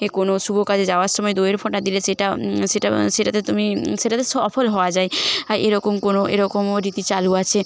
এ কোনো শুভ কাজে যাওয়ার সময় দইয়ের ফোঁটা দিলে সেটা সেটা সেটাতে তুমি সেটাতে সফল হওয়া যায় আর এরকম কোনো এরকমও রীতি চালু আছে